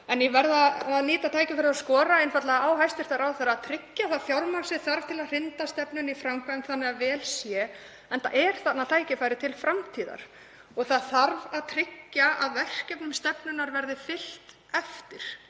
en ég verð að nýta tækifærið og skora einfaldlega á hæstv. ráðherra að tryggja það fjármagn sem þarf til að hrinda stefnunni í framkvæmd þannig að vel sé. Enda er þarna tækifæri til framtíðar og það þarf að tryggja að verkefnum stefnunnar verði fylgt eftir.